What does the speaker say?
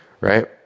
right